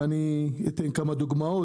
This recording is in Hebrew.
ואני אתן כמה דוגמאות.